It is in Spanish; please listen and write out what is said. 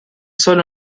solo